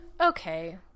Okay